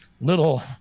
little